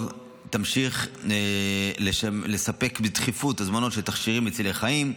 תמשיך לספק בדחיפות הזמנות של תכשירים מצילי חיים,